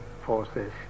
forces